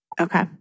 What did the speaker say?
Okay